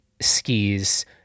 skis